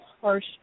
harsh